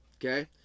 Okay